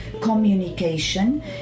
communication